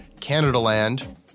canadaland